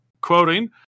quoting